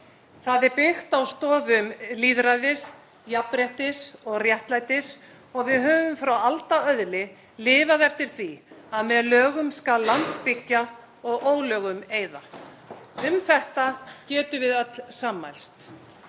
Það er byggt á stoðum lýðræðis, jafnréttis og réttlætis og við höfum frá aldaöðli lifað eftir því að með lögum skal land byggja og ólögum eyða. Um þetta getum við öll sammælst.